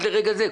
עד לרגע זה,